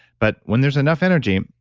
but when there's enough energy,